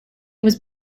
was